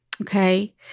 Okay